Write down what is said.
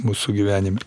mūsų gyvenime